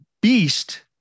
beast